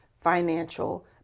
financial